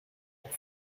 pour